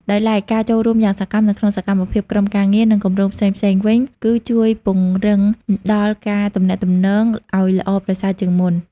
ដោយឡែកការចូលរួមយ៉ាងសកម្មនៅក្នុងសកម្មភាពក្រុមការងារ និងគម្រោងផ្សេងៗ វិញគឺជួយពង្រឹងដល់ការទំនាក់ទំនងឲ្យល្អប្រសើរជាងមុន។